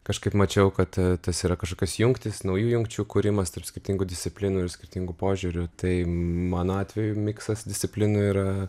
kažkaip mačiau kad tas yra kažkokios jungtys naujų jungčių kūrimas tarp skirtingų disciplinų ir skirtingų požiūrių tai mano atveju miksas disciplinų yra